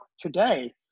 today